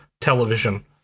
television